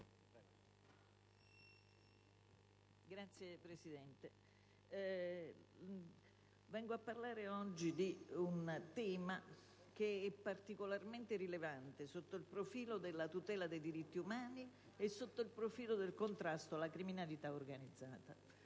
Signor Presidente, vengo a parlare oggi di un tema che è particolarmente rilevante sotto il profilo della tutela dei diritti umani e sotto il profilo del contrasto alla criminalità organizzata.